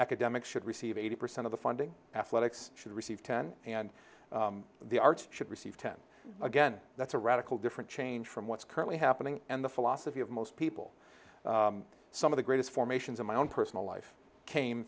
academics should receive eighty percent of the funding athletics should receive ten and the arts should receive ten again that's a radical different change from what's currently happening and the philosophy of most people some of the greatest formations of my own personal life came